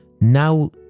Now